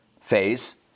phase